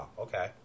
okay